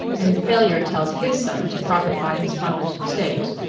and the failure tells his son to profit by his father's mistakes.